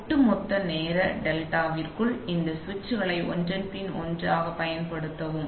ஒட்டுமொத்த நேர டெல்டாவிற்குள் இந்த சுவிட்சுகளை ஒன்றன் பின் ஒன்றாகப் பயன்படுத்தவும்